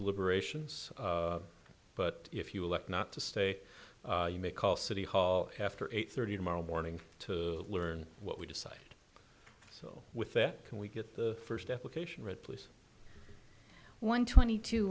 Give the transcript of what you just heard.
deliberations but if you elect not to stay you may call city hall after eight thirty tomorrow morning to learn what we decide so with that can we get the first application read please one twenty two